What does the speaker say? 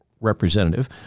representative